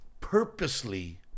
purposely